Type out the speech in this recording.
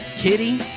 kitty